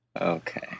Okay